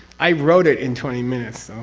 i wrote it in twenty minutes, so.